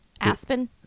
aspen